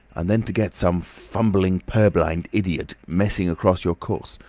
and then to get some fumbling purblind idiot messing across your course.